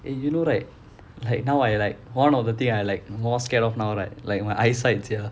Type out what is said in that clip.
eh you know right like now I like one of the thing I like more scared of now right like my eyesight sia